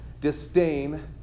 disdain